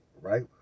right